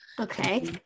Okay